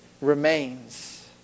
remains